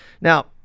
Now